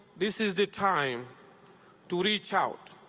this is the time to reach out.